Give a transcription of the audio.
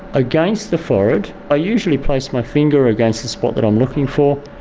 against the forehead. i usually place my finger against the spot that i'm looking for,